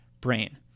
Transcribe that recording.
brain